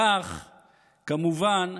כך כמובן,